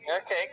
okay